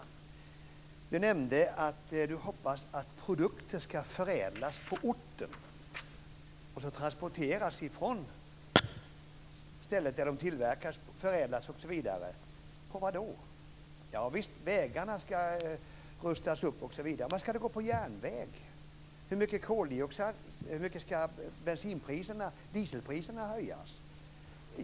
Ewa Larsson nämnde att hon hoppas att produkter ska förädlas på orten och sedan transporteras från stället där de tillverkas, förädlas osv. På vad ska de transporteras? Förvisso ska vägarna rustas upp osv. Ska det gå på järnväg? Hur mycket ska bensinpriserna, dieselpriserna, höjas?